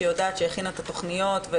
שהכינה את התוכניות,